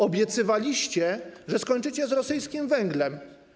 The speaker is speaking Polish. Obiecywaliście, że skończycie z rosyjskim węglem.